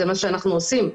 זה מה שאנחנו עושים.